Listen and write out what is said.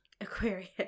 aquarius